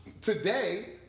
today